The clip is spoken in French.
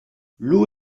l’eau